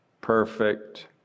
perfect